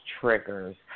triggers